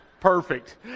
Perfect